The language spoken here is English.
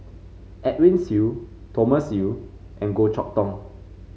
Edwin Siew Thomas Yeo and Goh Chok Tong